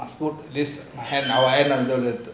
food this rent our rent under the